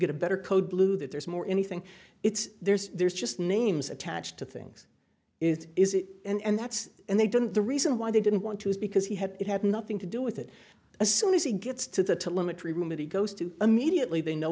get a better code blue that there's more anything it's there's there's just names attached to things is is it and that's and they didn't the reason why they didn't want to is because he had it had nothing to do with it as soon as he gets to the to limit room and he goes to immediately they know